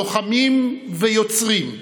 לוחמים ויוצרים,